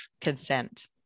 consent